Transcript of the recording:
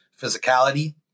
physicality